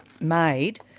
made